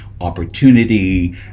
opportunity